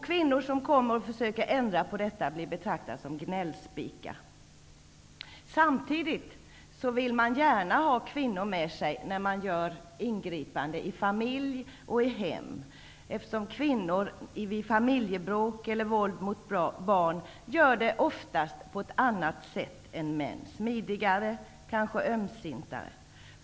Kvinnor som försöker ändra på detta blir betraktade som gnällspikar. Samtidigt vill man gärna ha kvinnor med sig när man gör ingripande i hem och familj. Vid familjebråk eller våld mot barn ingriper kvinnor oftast på ett annat sätt än män -- smidigare, kanske ömsintare.